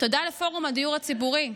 תודה לפורום הדיור הציבורי,